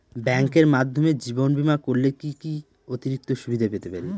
ব্যাংকের মাধ্যমে জীবন বীমা করলে কি কি অতিরিক্ত সুবিধে পেতে পারি?